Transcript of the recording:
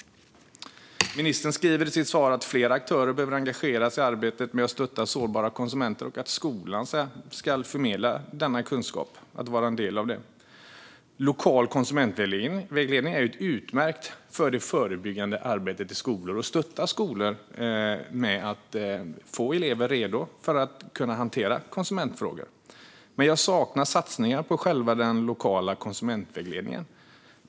Ministern säger i sitt svar att fler aktörer behöver engageras i arbetet med att stötta sårbara konsumenter och att skolan ska förmedla denna kunskap och vara en del av detta. Lokal konsumentvägledning är utmärkt för det förebyggande arbetet i skolor och för att stötta skolor i att göra elever redo att hantera konsumentfrågor. Men jag saknar satsningar på själva den lokala konsumentvägledningen.